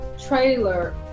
trailer